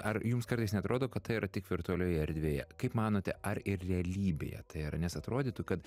ar jums kartais neatrodo kad tai yra tik virtualioje erdvėje kaip manote ar ir realybėje tai yra nes atrodytų kad